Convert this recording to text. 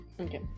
Okay